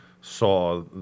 saw